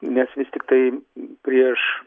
nes vis tiktai prieš